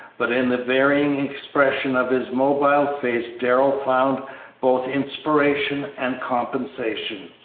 but in the varying expression of his mobile face darrell found both inspiration and compensation.